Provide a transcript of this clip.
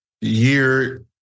year